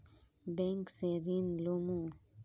Bank से ऋण लुमू?